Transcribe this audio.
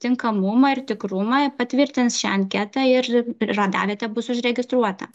tinkamumą ir tikrumą patvirtins šią anketą ir ir radavietė bus užregistruota